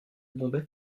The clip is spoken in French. bombay